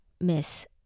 miss